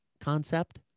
concept